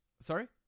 sorry